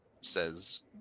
says